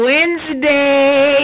Wednesday